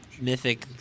Mythic